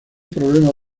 problema